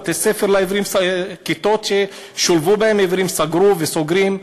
כיתות ששולבו בהן עיוורים סגרו וסוגרים,